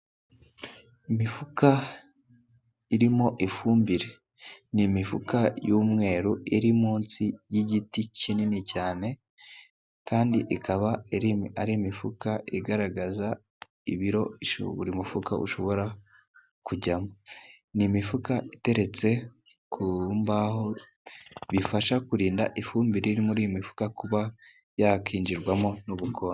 Imifuka irimo ifumbire . Ni imifuka y'umweru iri munsi y'igiti kinini cyane, kandi ikaba ari imifuka igaragaza ibiro buri mufuka ushobora kujyamo . Ni imifuka iteretse ku mbaho bifasha kurinda ifumbire riri muri iyi mifuka kuba yakinjirwamo n'ubukonje.